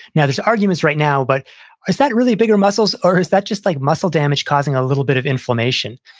now, there's arguments right now, but is that really a bigger muscles or is that just like muscle damage causing a little bit of inflammation?